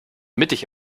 mittig